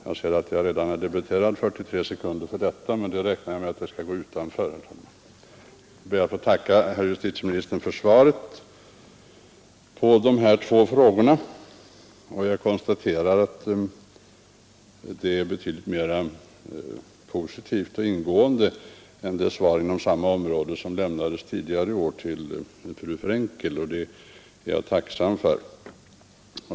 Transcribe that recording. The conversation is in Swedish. Jag ser att jag redan debiterats 43 sekunder för detta påpekande, men jag räknar med att de skall gå utanför den tid jag har till förfogande. Jag ber att få tacka herr justitieministern för svaret på de här två frågorna. Det är betydligt mera positivt och ingående än det svar inom samma område som lämnades tidigare i år till fru Frenkel, och det är jag tacksam för.